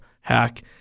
hack